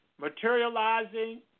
materializing